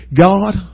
God